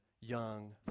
young